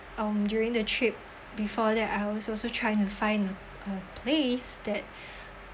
um during the trip before that I was also trying to find a a place that